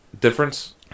difference